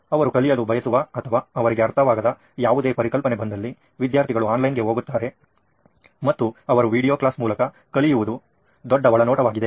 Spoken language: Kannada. ಅವರು ಕಲಿಯಲು ಬಯಸುವ ಅಥವಾ ಅವರಿಗೆ ಅರ್ಥವಾಗದ ಯಾವುದೇ ಪರಿಕಲ್ಪನೆ ಬಂದಲ್ಲಿ ವಿದ್ಯಾರ್ಥಿಗಳು ಆನ್ಲೈನ್ಗೆ ಹೋಗುತ್ತಾರೆ ಮತ್ತು ಅವರು ವೀಡಿಯೊ ಕ್ಲಾಸ್ ಮೂಲಕ ಕಲಿಯುವುದು ದೊಡ್ಡ ಒಳನೋಟವಾಗಿದೆ